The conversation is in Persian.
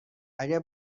اگه